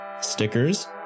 stickers